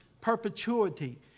perpetuity